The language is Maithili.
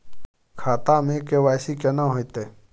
खाता में के.वाई.सी केना होतै?